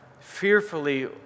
fearfully